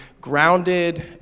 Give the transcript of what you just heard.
Grounded